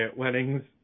weddings